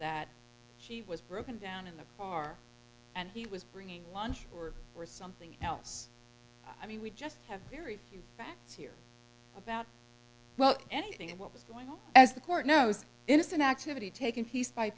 that he was broken down in the car and he was bringing lunch or or something else i mean we just have very few facts here about well anything and what was going on as the court knows innocent activity taken piece by